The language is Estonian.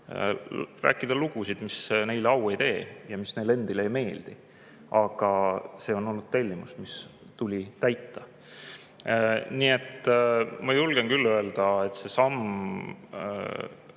rääkida lugusid, mis neile au ei tee ja mis neile endile ka ei meeldi. Aga see on olnud tellimus, mis tuli täita. Nii et ma julgen küll öelda, et kogu selles